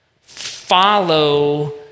follow